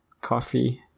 coffee